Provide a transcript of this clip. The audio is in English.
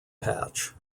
patch